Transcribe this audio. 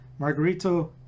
Margarito